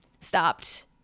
Stopped